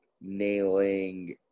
nailing